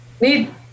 need